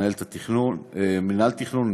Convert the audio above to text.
ממלאת-מקום מנהל מינהל התכנון,